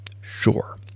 sure